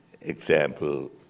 example